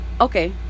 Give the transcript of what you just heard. Okay